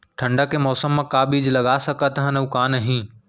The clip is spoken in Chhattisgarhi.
ठंडा के मौसम मा का का बीज लगा सकत हन अऊ का नही?